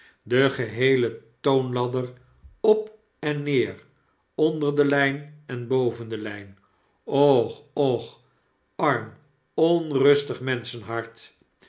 de geheele toonladder op en neer onder de lyn en boven de lijn och och arm onrustig